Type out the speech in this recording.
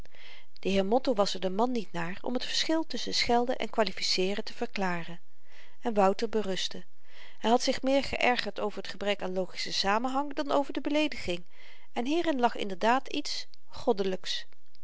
de heer motto was er de man niet naar om t verschil tusschen schelden en kwalificeeren te verklaren en wouter berustte hy had zich meer geërgerd over t gebrek aan logischen samenhang dan over de beleediging en hierin lag inderdaad iets goddelyks